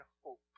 hope